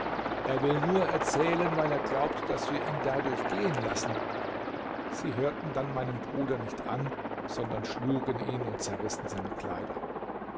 er will nur erzählen weil er glaubt daß wir ihn dadurch gehen lassen sie hörten dann meinen bruder nicht an sondern schlugen ihn und zerrissen seine kleider